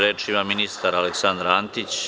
Reč ima ministar Aleksandar Antić.